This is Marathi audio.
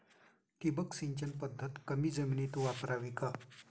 ठिबक सिंचन पद्धत कमी जमिनीत वापरावी का?